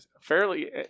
fairly